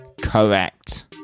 Correct